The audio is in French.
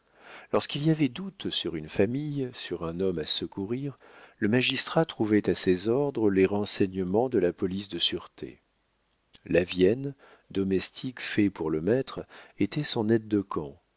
lorsqu'il y avait doute sur une famille sur un homme à secourir le magistrat trouvait à ses ordres les renseignements de la police de sûreté lavienne domestique fait pour le maître était son aide camp il